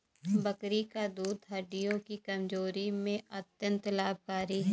बकरी का दूध हड्डियों की कमजोरी में अत्यंत लाभकारी है